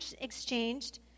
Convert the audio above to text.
exchanged